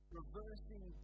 reversing